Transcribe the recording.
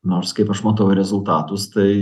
nors kaip aš matau rezultatus tai